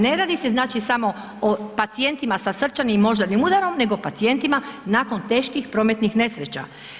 Ne radi se znači samo o pacijentima sa srčanim i moždanim udarom nego pacijentima nakon teških prometnih nesreća.